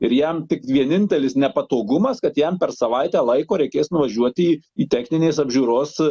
ir jam tik vienintelis nepatogumas kad jam per savaitę laiko reikės nuvažiuoti į techninės apžiūros